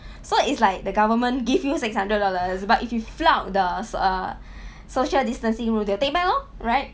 so it's like the government give you six hundred dollars but if you flout the uh social distancing rule they'll take back lor right